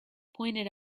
pointed